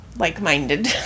like-minded